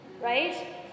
right